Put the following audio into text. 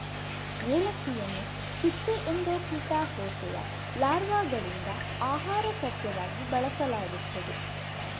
ಏಲಕ್ಕಿಯನ್ನು ಚಿಟ್ಟೆ ಎಂಡೋಕ್ಲಿಟಾ ಹೋಸೆಯ ಲಾರ್ವಾಗಳಿಂದ ಆಹಾರ ಸಸ್ಯವಾಗಿ ಬಳಸಲಾಗುತ್ತದೆ